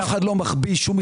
אף אחד לא מחביא מספרים.